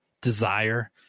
desire